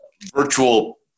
virtual